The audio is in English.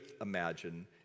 imagine